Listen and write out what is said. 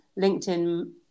linkedin